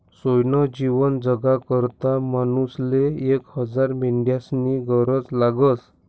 सोयनं जीवन जगाकरता मानूसले एक हजार मेंढ्यास्नी गरज लागस